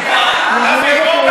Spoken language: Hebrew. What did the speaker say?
ברכת